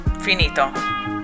finito